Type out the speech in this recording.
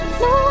no